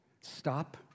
Stop